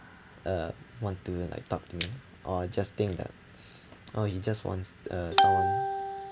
uh want to like talk to me or just think that oh he just wants uh someone